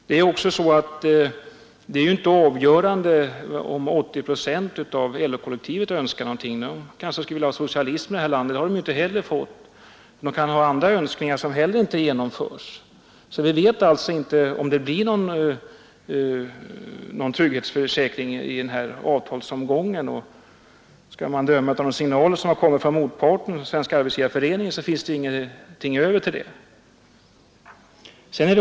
Det är ju inte avgörande om 80 procent av LO-kollektivet önskar någonting. En lika stor andel vill kanske ha socialism i det här landet, men det har de inte heller fått, och de kan ha andra önskningar som heller inte genomförs. Vi vet alltså inte om det blir någon trygghetsförsäkring i den här avtalsomgången. Skall man döma av de signaler som kommit från motparten, Svenska arbetsgivareföreningen, så finns det ingenting över till en sådan.